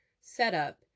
setup